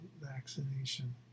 vaccination